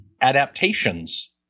adaptations